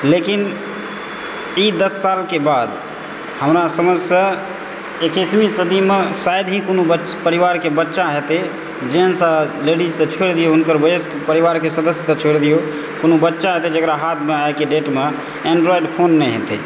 लेकिन ई दस सालके बाद हमरा समझसँ इक्कीसवीं सदीमे शायद ही कोनो परिवारके बच्चा हेतैक जेन्स आओर लेडीज तऽ छोड़ि दियौ हुनकर वयस्क परिवारके सदस्य तऽ छोड़ि दियौ कोनो बच्चाकेँ जकरा हाथमे आइके डेटमे एण्ड्राइड फोन नहि हेतैक